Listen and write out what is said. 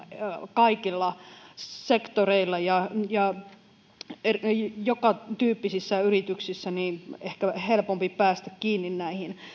kaikilla sektoreilla ja ja jokatyyppisissä yrityksissä niin on ehkä helpompi päästä kiinni näihin